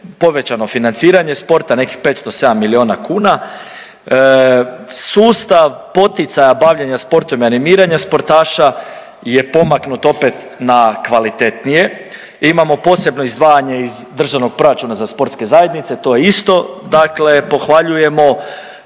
povećano financiranje sporta, nekih 507 miliona kuna. Sustav poticanja bavljenja sportom i animiranja sportaša je pomaknut opet na kvalitetnije. Imamo posebno izdvajanje iz Državnog proračuna za sportske zajednice, to isto dakle pohvaljujemo.